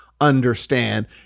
understand